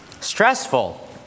stressful